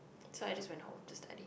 so I just went home to study